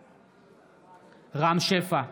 בעד רם שפע,